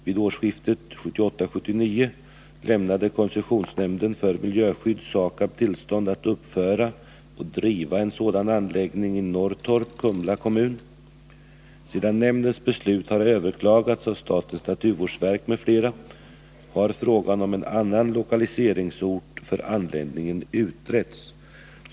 Vid årsskiftet 1978-1979 lämnade koncessionsnämnden för miljöskydd SAKAB tillstånd att uppföra och driva en sådan anläggning i Norrtorp, Kumla kommun. Sedan nämndens beslut har överklagats av statens naturvårdsverk m.fl. har frågan om en annan lokaliseringsort för anläggningen utretts.